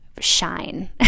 shine